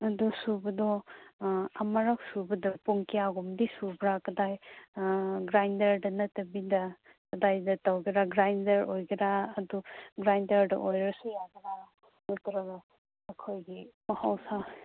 ꯑꯗꯨ ꯁꯨꯕꯗꯣ ꯑꯃꯨꯔꯛ ꯁꯨꯕꯗ ꯄꯨꯡ ꯀꯌꯥꯒꯨꯝꯕꯗꯤ ꯁꯨꯕ꯭ꯔꯥ ꯀꯗꯥꯏ ꯒ꯭ꯔꯥꯟꯗꯔꯗ ꯅꯠꯇꯕꯤꯗ ꯀꯗꯥꯏꯗ ꯇꯧꯒꯦꯔꯥ ꯒ꯭ꯔꯥꯏꯟꯗꯔ ꯑꯣꯏꯒꯦꯔ ꯑꯗꯨ ꯒ꯭ꯔꯥꯏꯟꯗꯔꯗ ꯑꯣꯏꯔꯁꯨ ꯌꯥꯒꯦꯔ ꯅꯠꯇ꯭ꯔꯒ ꯑꯩꯈꯣꯏꯒꯤ ꯃꯍꯧꯁꯥ